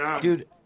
dude